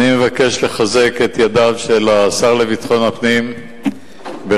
אני מבקש לחזק את ידיו של השר לביטחון פנים ברצונו